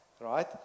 right